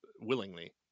willingly